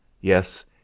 Yes